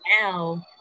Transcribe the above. now